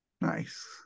Nice